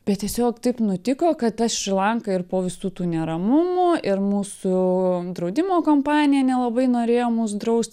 bet tiesiog taip nutiko kad ta šri lanka ir po visų tų neramumų ir mūsų draudimo kompanija nelabai norėjo mus draust